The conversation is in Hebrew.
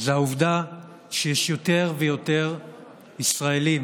זה העובדה שיש יותר ויותר ישראלים,